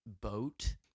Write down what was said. Boat